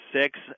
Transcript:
six